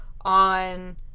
On